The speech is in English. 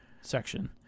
section